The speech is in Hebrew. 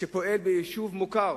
שפועל ביישוב מוכר